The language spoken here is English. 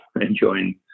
enjoying